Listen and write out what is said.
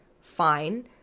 fine